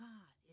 God